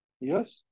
Yes